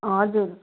हजुर